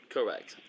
Correct